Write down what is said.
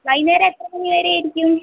വൈകുന്നേരം എത്ര മണിവരെ ആയിരിക്കും